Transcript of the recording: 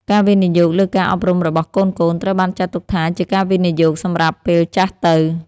ការវិនិយោគលើការអប់រំរបស់កូនៗ ត្រូវបានចាត់ទុកថាជាការវិនិយោគសម្រាប់ពេលចាស់ទៅ។